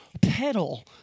pedal